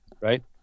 right